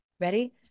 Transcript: Ready